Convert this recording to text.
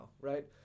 Right